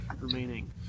remaining